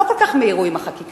לא כל כך מיהרו עם החקיקה.